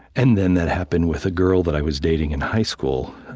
and then that happened with a girl that i was dating in high school.